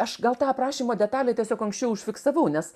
aš gal tą aprašymo detalę tiesiog anksčiau užfiksavau nes